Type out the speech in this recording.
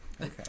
Okay